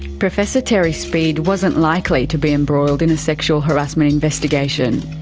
professor terry speed wasn't likely to be embroiled in a sexual harassment investigation,